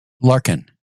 larkin